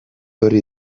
hori